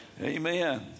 Amen